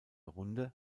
runde